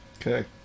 Okay